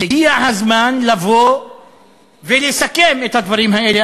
הגיע הזמן לבוא ולסכם את הדברים האלה,